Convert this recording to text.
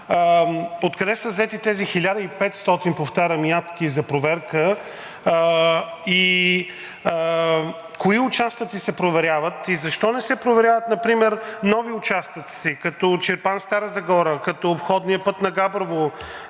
откъде са взети тези 1500, повтарям, ядки за проверка и кои участъци се проверяват? И защо не се проверяват например нови участъци, като Чирпан – Стара Загора, като обходния път на Габрово,